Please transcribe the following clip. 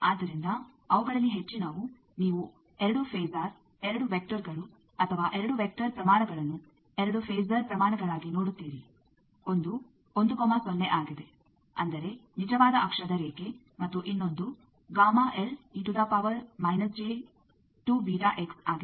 ಆದ್ದರಿಂದ ಅವುಗಳಲ್ಲಿ ಹೆಚ್ಚಿನವು ನೀವು 2 ಫೇಸರ್ 2 ವೆಕ್ಟರ್ಗಳು ಅಥವಾ 2 ವೆಕ್ಟರ್ ಪ್ರಮಾಣಗಳನ್ನು 2 ಫೇಸರ್ ಪ್ರಮಾಣಗಳಾಗಿ ನೋಡುತ್ತೀರಿ1 10 ಆಗಿದೆ ಅಂದರೆ ನಿಜವಾದ ಅಕ್ಷದ ರೇಖೆ ಮತ್ತು ಇನ್ನೊಂದು ಆಗಿದೆ